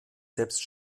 selbst